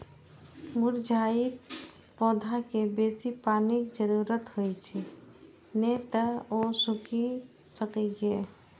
मुरझाइत पौधाकें बेसी पानिक जरूरत होइ छै, नै तं ओ सूखि सकैए